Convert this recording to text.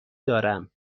دارم